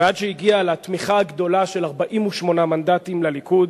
ועד שהגיע לתמיכה הגדולה של 48 מנדטים לליכוד.